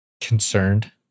concerned